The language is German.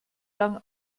lang